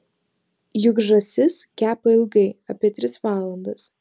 juk žąsis kepa ilgai apie tris valandas